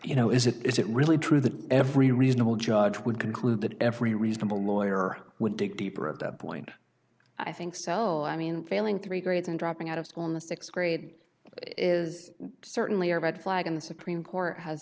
you know is it is it really true that every reasonable judge would conclude that every reasonable lawyer would dig deeper of that point i think so i mean failing three grades and dropping out of school in the th grade is certainly a red flag and the supreme court has